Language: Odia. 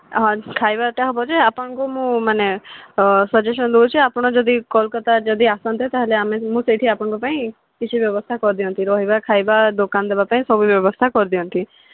ହଁ ଖାଇବାଟା ହେବ ଯେ ଆପଣଙ୍କୁ ମୁଁ ମାନେ ସଜେସନ୍ ଦେଉଛି ଆପଣ ଯଦି କଲକତା ଯଦି ଆସନ୍ତେ ତା'ହେଲେ ଆମେ ମୁଁ ସେଇଠି ଆପଣଙ୍କ ପାଇଁ କିଛି ବ୍ୟବସ୍ଥା କରିଦିଅନ୍ତି ରହିବା ଖାଇବା ଦୋକାନ ଦେବା ପାଇଁ ସବୁ ବ୍ୟବସ୍ଥା କରିଦିଅନ୍ତି